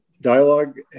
Dialogue